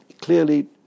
clearly